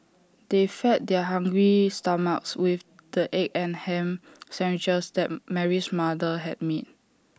they fed their hungry stomachs with the egg and Ham Sandwiches that Mary's mother had made